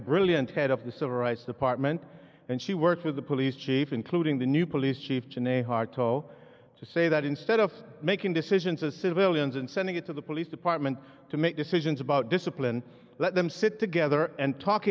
brilliant head of the civil rights department and she worked with the police chief including the new police chief in a heart to say that instead of making decisions as civilians and sending it to the police department to make decisions about discipline let them sit together and talk